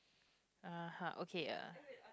ah !huh! okay uh